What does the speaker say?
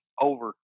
over